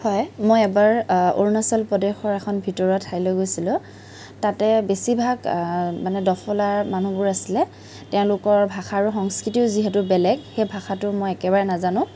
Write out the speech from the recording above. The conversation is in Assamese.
হয় মই এবাৰ অৰুণাচল প্ৰদেশৰ এখন ভিতৰুৱা ঠাইলৈ গৈছিলোঁ তাতে বেছিভাগ মানে দফলা মানুহবোৰ আছিল তেওঁলোকৰ ভাষা আৰু সংস্কৃতিও যিহেতু বেলেগ সেই ভাষাটো মই একেবাৰে নাজানোঁ